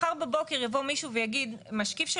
מחר בבוקר יבוא מישהו ויגיד משקיף של